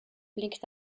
blinkt